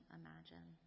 imagine